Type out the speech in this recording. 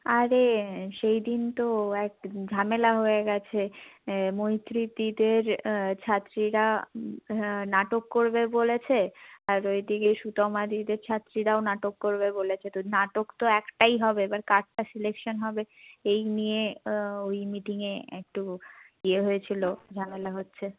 আরে সেই দিন তো এক ঝামেলা হয়ে গেছে মৈত্রীদিদের ছাত্রীরা নাটক করবে বলেছে আর ওই দিকে সুতমাদিদের ছাত্রীরাও নাটক করবে বলেছে তো নাটক তো একটাই হবে এবার কাটটা সিলেকশান হবে এই নিয়ে ওই মিটিংয়ে একটু ইয়ে হয়েছিলো ঝামেলা হয়েছে